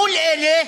מול אלה